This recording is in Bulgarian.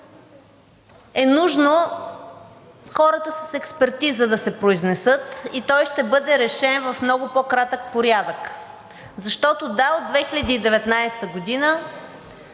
е нужно хората с експертизата да се произнесат и той ще бъде решен в много по-кратък порядък. Защото, да, от 2019 г.